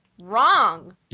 Wrong